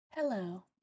hello